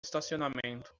estacionamento